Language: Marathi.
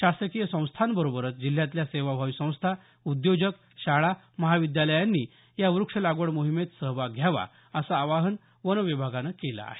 शासकीय संस्थांबरोबरच जिल्ह्यातल्या सेवाभावी संस्था उद्योजक शाळा महाविद्यालयांनी या वृक्षलागवड मोहिमेत सहभाग घ्यावा असं आवाहन वन विभागानं केलं आहे